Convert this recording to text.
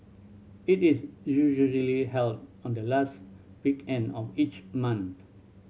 it is usually held on the last weekend of each month